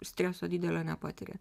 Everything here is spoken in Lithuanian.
streso didelio nepatiria